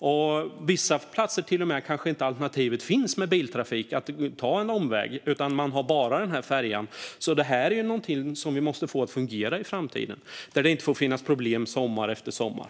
På vissa platser kanske det inte ens finns ett alternativ med biltrafik och att ta en omväg, utan man har bara den här färjan. Detta är någonting som vi måste få att fungera i framtiden. Det får inte finnas problem sommar efter sommar.